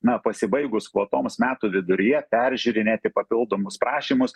na pasibaigus kvotoms metų viduryje peržiūrinėti papildomus prašymus